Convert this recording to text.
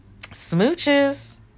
Smooches